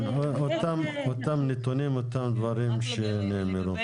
אותם נתונים, אותם הדברים שנאמרו.